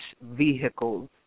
vehicles